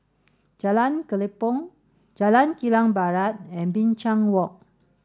Jalan Kelempong Jalan Kilang Barat and Binchang Walk